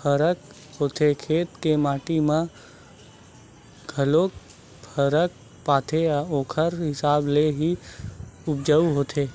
फरक होथे खेत के माटी मन म घलोक फरक परथे ओखर हिसाब ले ही उपज होथे